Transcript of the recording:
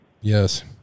Yes